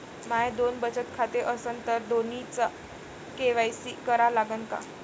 माये दोन बचत खाते असन तर दोन्हीचा के.वाय.सी करा लागन का?